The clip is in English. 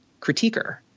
critiquer